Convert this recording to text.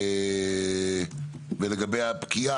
ולגבי הפקיעה,